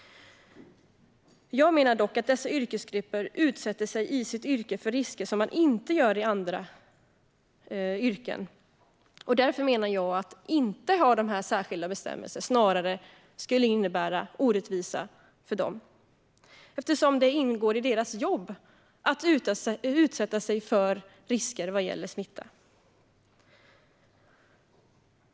Jag anser dock att dessa yrkesgrupper i sitt yrke utsätter sig för risker som man inte gör i andra yrken, och därför menar jag att det snarare skulle innebära orättvisa att inte ha de här särskilda bestämmelserna eftersom det ingår i deras jobb att utsätta sig för risker vad gäller smitta.